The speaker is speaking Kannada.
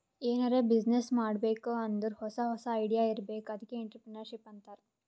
ಎನಾರೇ ಬಿಸಿನ್ನೆಸ್ ಮಾಡ್ಬೇಕ್ ಅಂದುರ್ ಹೊಸಾ ಹೊಸಾ ಐಡಿಯಾ ಇರ್ಬೇಕ್ ಅದ್ಕೆ ಎಂಟ್ರರ್ಪ್ರಿನರ್ಶಿಪ್ ಅಂತಾರ್